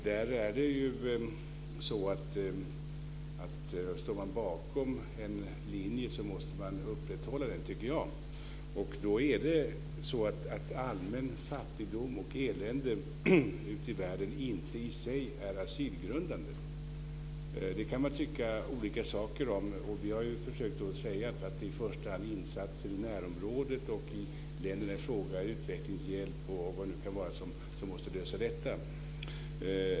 Står man bakom en linje så tycker jag att man också måste upprätthålla den. Allmän fattigdom och elände ute i världen är i sig inte asylgrundande. Det kan man tycka olika saker om, och vi har försökt att säga att det i första hand är insatser i närområdet i länderna i fråga, utvecklingshjälp och vad det nu kan vara, som måste lösa detta.